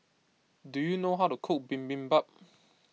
do you know how to cook Bibimbap